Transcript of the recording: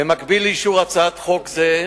במקביל לאישור הצעת חוק זו,